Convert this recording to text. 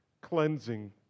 cleansing